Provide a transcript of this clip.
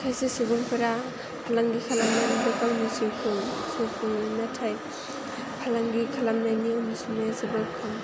खायसे सुबुंफोरा फालांगि खालामनानैबो गावनि जिउखौ खुङो नाथाय फालांगि खालामनायनि अनजिमाया जोबोद खम